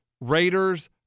Raiders